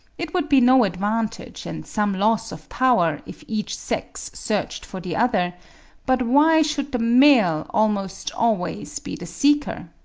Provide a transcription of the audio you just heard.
it would be no advantage and some loss of power if each sex searched for the other but why should the male almost always be the seeker?